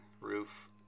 roof